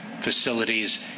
facilities